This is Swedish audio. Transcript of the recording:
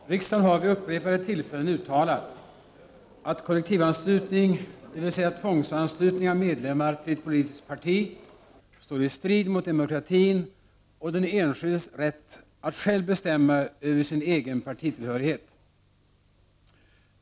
Herr talman! Riksdagen har vid upprepade tillfällen uttalat att kollektivanslutning, dvs. tvångsanslutning av medlemmar till ett politiskt parti, står i strid mot demokratin och den enskildes rätt att själv bestämma över sin egen partitillhörighet.